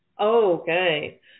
okay